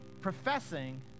professing